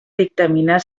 dictaminar